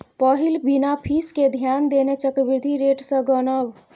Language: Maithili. पहिल बिना फीस केँ ध्यान देने चक्रबृद्धि रेट सँ गनब